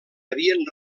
havien